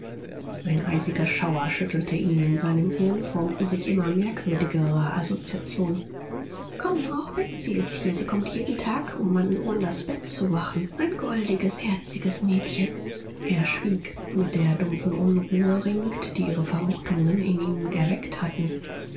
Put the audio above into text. ein eisiger schauer schüttelte ihn in seinem hirn formten sich immer merkwürdigere assoziationen komm auch betsy ist hier sie kommt jeden tag um an wandas bett zu wachen ein goldiges herziges mädchen er schwieg mit der dumpfen unruhe ringend die ihre vermutungen in ihm erweckt hatten